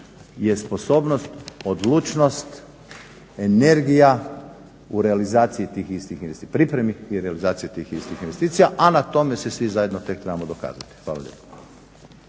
je sposobnost, odlučnost, energija u realizaciji tih istih, pripremi i realizaciji tih istih investicija a na tome se svi zajedno tek trebamo dokazati. Hvala lijepa.